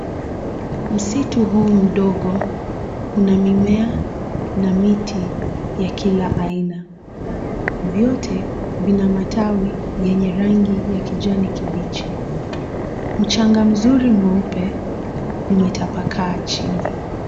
Msitu huu mdogo unamimea na miti ya kila aina, vyote vina matawi yenye rangi ya kijani kibichi. Mchanga mzuri mweupe umetapakaa chini.